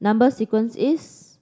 number sequence is